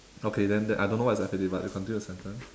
okay then then I don't know what is F A D but you continue the sentence